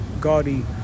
gaudy